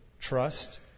trust